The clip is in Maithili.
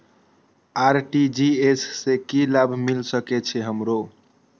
आर.टी.जी.एस से की लाभ मिल सके छे हमरो?